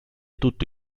tutto